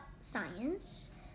science